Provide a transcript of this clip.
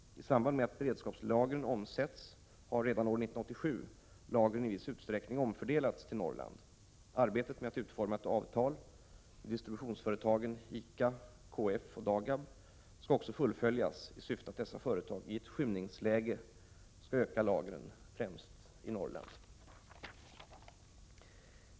I samband med att beredskapslagren omsätts har redan år 1987 lagren i viss utsträckning omfördelats till Norrland. Arbetet med att utforma ett avtal med distributionsföretagen ICA, KF och Dagab skall också fullföljas i syfte att dessa företag i ett skymningsläge skall öka lagren främst i Norrland.